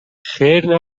خیر